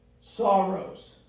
sorrows